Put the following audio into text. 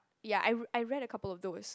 ya I I read the couple of those